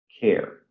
care